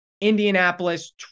Indianapolis